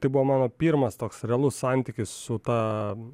tai buvo mano pirmas toks realus santykis su ta